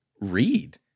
read